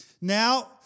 Now